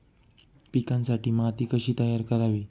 पिकांसाठी माती कशी तयार करावी?